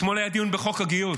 אתמול היה דיון בחוק הגיוס,